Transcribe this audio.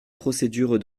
procédure